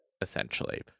essentially